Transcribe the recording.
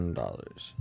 dollars